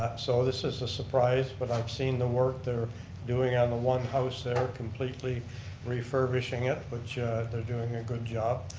so this is a surprise, but i'm seeing the work they're doing on the one house there, completely refurbishing it. which they're doing a good job.